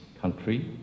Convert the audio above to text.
country